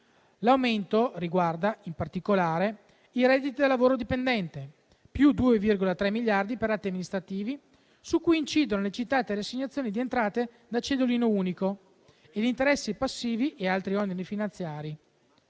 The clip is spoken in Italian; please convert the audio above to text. L'aumento riguarda, in particolare, i redditi da lavoro dipendente (+2,3 miliardi per atti amministrativi), su cui incidono le citate riassegnazioni di entrate da cedolino unico, e gli interessi passivi e altri oneri finanziari.